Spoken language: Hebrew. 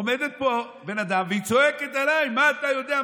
עומדת פה בת אדם והיא צועקת עליי: מה אתה יודע?